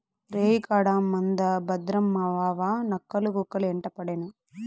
రేయికాడ మంద భద్రం మావావా, నక్కలు, కుక్కలు యెంటపడేను